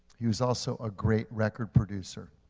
he was also a great record producer.